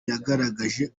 yagaragaje